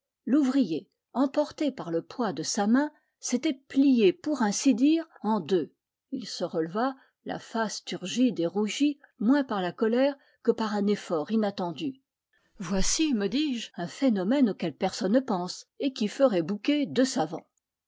l'ouvrier emporté par le poids de sa main s'était plié pour ainsi dire en deux il se releva la face turgide et rougie moins par la colère que par un effort inattendu voici me dis-je un phénomène auquel personne ne pense et qui ferait bouquer deux savants